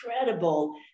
incredible